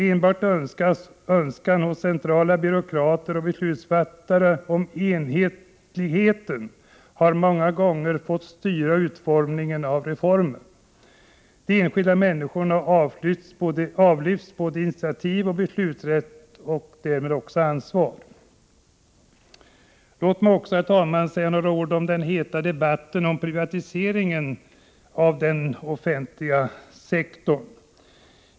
Enbart önskan hos centrala byråkrater och beslutsfattare om enhetlighet har många gånger fått styra utformningen av reformer. De enskilda människorna har fråntagits både initiativ och beslutanderätt, och därmed även ansvar. Låt mig också, herr talman, säga några ord om den heta debatten om privatiseringen av den offentliga sektorn.